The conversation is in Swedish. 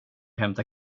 hämtar